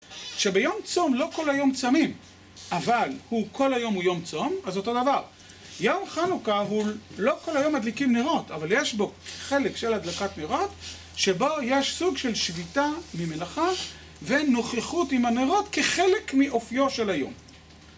כשביום צום לא כל היום צמים, אבל כל היום הוא יום צום, אז אותו דבר. יום חנוכה הוא לא כל היום מדליקים נרות, אבל יש בו חלק של הדלקת נרות, שבו יש סוג של שביתה ממלאכה ונוכחות עם הנרות כחלק מאופיו של היום.